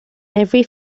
every